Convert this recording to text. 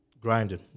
Grinding